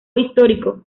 histórico